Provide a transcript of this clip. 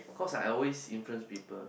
cause I always influence people